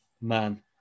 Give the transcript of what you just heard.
man